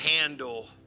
handle